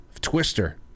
Twister